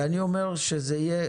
ואני אומר שזה יהיה